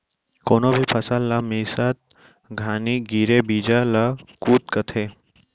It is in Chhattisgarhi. कोनो भी फसल ला मिसत घानी गिरे बीजा ल कुत कथें